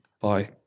Bye